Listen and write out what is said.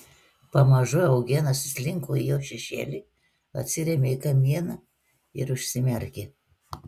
pamažu eugenas įslinko į jo šešėlį atsirėmė į kamieną ir užsimerkė